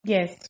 Yes